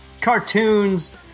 cartoons